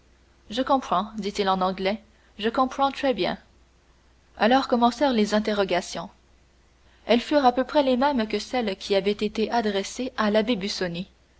je comprends dit-il en anglais je comprends très bien alors commencèrent les interrogations elles furent à peu près les mêmes que celles qui avaient été adressées à l'abbé